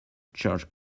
george